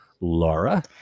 Laura